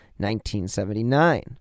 1979